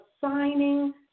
signing